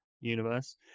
universe